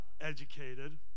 educated